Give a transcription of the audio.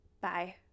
Bye